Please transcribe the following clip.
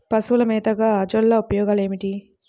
పశువుల మేతగా అజొల్ల ఉపయోగాలు ఏమిటి?